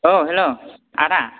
औ हेल' आदा